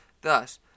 Thus